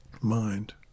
mind